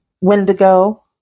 Wendigo